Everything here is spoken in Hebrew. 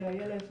לאיילת,